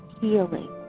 healing